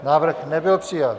Návrh nebyl přijat.